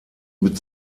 mit